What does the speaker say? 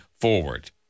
forward